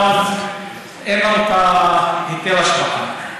ואז אין לנו את היטל השבחה.